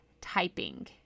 typing